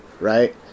right